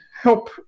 help